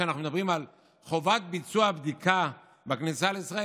כשאנחנו מדברים על חובת ביצוע בדיקה בכניסה לישראל,